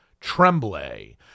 Tremblay